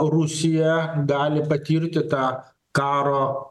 rusija gali patirti tą karo